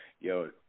Yo